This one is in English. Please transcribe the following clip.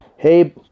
Hey